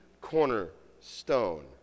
cornerstone